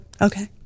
Okay